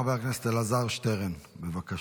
חבר הכנסת אלעזר שטרן, מוותר.